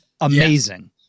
amazing